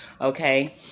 Okay